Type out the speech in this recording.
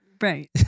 Right